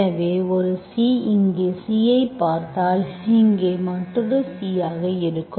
எனவே ஒரு C இங்கே சில C ஐப் பார்த்தால் அது இங்கே மற்றொரு C ஆக இருக்கும்